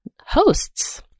hosts